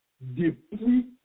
Depuis